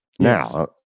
Now